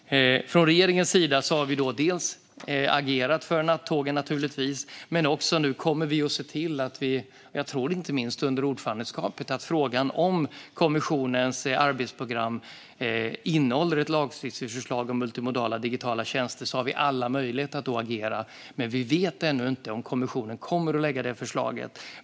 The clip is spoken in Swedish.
Från regeringens sida har vi dels agerat för nattågen, dels kommer vi inte minst under ordförandeskapet att se till att frågan om kommissionens arbetsprogram innehåller ett lagstiftningsförslag om multimodala digitala tjänster. Då har vi alla möjligheter att agera. Vi vet ännu inte om kommissionen kommer att lägga fram det här förslaget.